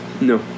No